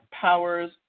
powers